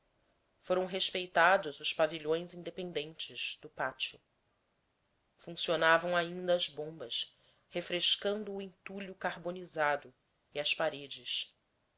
foram respeitados os pavilhões independentes do pátio funcionavam ainda as bombas refrescando o entalho carbonizado e as paredes